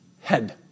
head